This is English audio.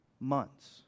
months